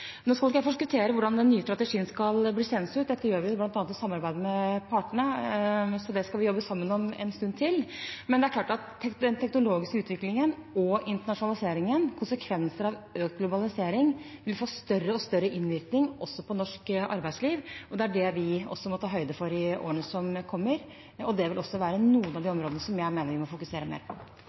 Nå skal ikke jeg forskuttere hvordan den nye strategien skal bli seende ut. Dette gjør vi bl.a. i samarbeid med partene, og det skal vi jobbe sammen om en stund til. Men det er klart at den teknologiske utviklingen og internasjonaliseringen – konsekvenser av økt globalisering – vil få større og større innvirkning også på norsk arbeidsliv. Det er det vi må ta høyde for i årene som kommer, og det vil også være noen av de områdene som jeg mener vi må fokusere mer på.